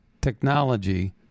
technology